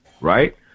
right